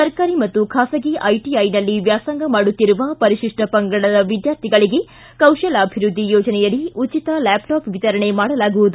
ಸರ್ಕಾರಿ ಮತ್ತು ಖಾಸಗಿ ಐಟಿಐನಲ್ಲಿ ವ್ಯಾಸಂಗ ಮಾಡುತ್ತಿರುವ ಪರಿಶಿಷ್ಟ ಪಂಗಡದ ವಿದ್ಯಾರ್ಥಿಗಳಿಗೆ ಕೌಶಲಾಭಿವೃದ್ದಿ ಯೋಜನೆಯಡಿ ಉಚಿತ ಲ್ಯಾಪ್ಟಾಪ್ ವಿತರಣೆ ಮಾಡಲಾಗುವುದು